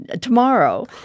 tomorrow